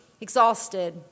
exhausted